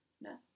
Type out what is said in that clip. No